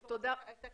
הייתה